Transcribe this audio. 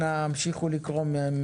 אנא המשיכו לקרוא.